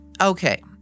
Okay